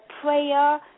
prayer